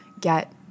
get